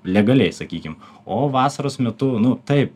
legaliai sakykim o vasaros metu nu taip